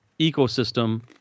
ecosystem